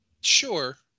sure